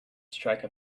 strike